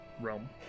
realm